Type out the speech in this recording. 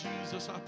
Jesus